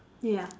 ya